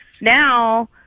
now